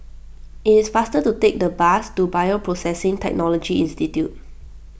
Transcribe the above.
it is faster to take the bus to Bioprocessing Technology Institute